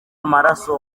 amaraso